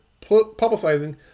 publicizing